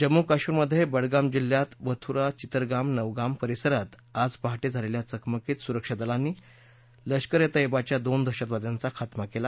जम्मू कश्मीरमध्ये बडगाम जिल्ह्यात वथूरा चितरगाम नवगाम परिसरात आज पहाटे झालेल्या चकमकीत सुरक्षा दलांनी लष्कर ए तय्यबच्या दोन दहशतवाद्यांचा खात्मा केला